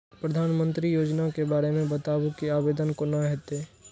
प्रधानमंत्री योजना के बारे मे बताबु की आवेदन कोना हेतै?